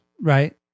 right